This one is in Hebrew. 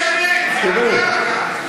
תקשיבי לי,